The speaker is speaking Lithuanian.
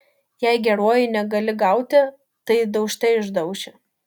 jei geruoju negali gauti tai daužte išdauši